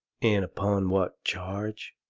and upon what charge?